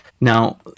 Now